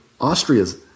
Austria's